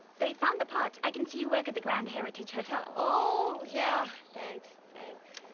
they found the pot. i can see, you work at the grand heritage hotel. oh! yeah. thanks. thanks.